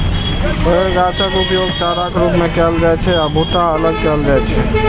फेर गाछक उपयोग चाराक रूप मे कैल जाइ छै आ भुट्टा अलग कैल जाइ छै